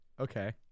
Okay